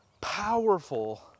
powerful